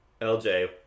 LJ